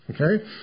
Okay